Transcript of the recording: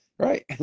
Right